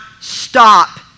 stop